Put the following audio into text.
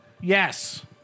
Yes